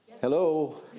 Hello